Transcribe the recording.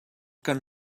kan